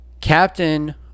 Captain